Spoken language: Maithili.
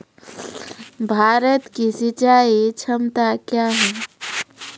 भारत की सिंचाई क्षमता क्या हैं?